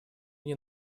ней